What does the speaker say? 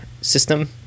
system